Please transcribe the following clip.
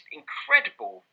incredible